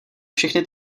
všechny